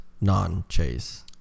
non-chase